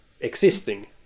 existing